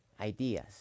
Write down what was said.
ideas